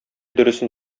дөресен